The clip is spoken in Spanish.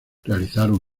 realizaron